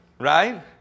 right